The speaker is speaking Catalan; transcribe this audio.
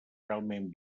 realment